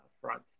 front